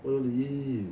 what you want to eat